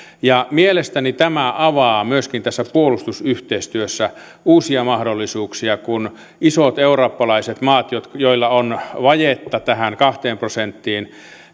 mielestäni tämä avaa myöskin tässä puolustusyhteistyössä uusia mahdollisuuksia kun isot eurooppalaiset maat joilla on vajetta tähän kahteen prosenttiin